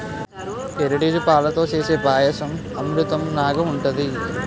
Heritage పాలతో సేసే పాయసం అమృతంనాగ ఉంటది